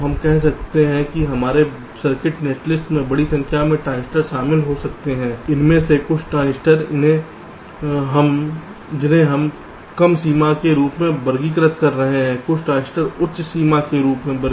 तो हम कह रहे हैं कि हमारे सर्किट नेटलिस्ट में बड़ी संख्या में ट्रांजिस्टर शामिल हो सकते हैं इनमें से कुछ ट्रांजिस्टर जिन्हें हम कम सीमा के रूप में वर्गीकृत कर रहे हैं कुछ ट्रांजिस्टर उच्च सीमा के रूप में